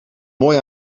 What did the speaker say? mooi